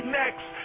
next